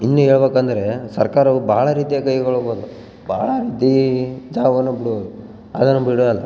ಇನ್ನು ಹೇಳ್ಬೇಕಂದ್ರೆ ಸರ್ಕಾರವು ಬಹಳ ರೀತಿಯಾಗಿ ಕೈಗೊಳ್ಬೋದು ಬಹಳ ರೀತಿ ಜಾಬನ್ನು ಬಿಡ್ಬೊದು ಅದನ್ನು ಬಿಡೋಲ್ಲ